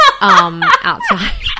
outside